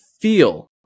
feel